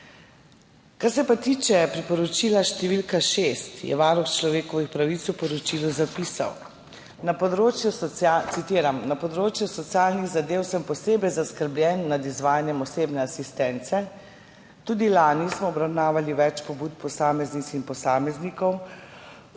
Kar se pa tiče priporočila številka šest je Varuh človekovih pravic v poročilu zapisal, citiram: »Na področju socialnih zadev sem posebej zaskrbljen nad izvajanjem osebne asistence. Tudi lani smo obravnavali več pobud posameznic in posameznikov,